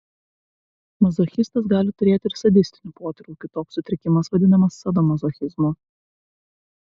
mazochistas gali turėti ir sadistinių potraukių toks sutrikimas vadinamas sadomazochizmu